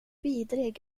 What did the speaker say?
vidrig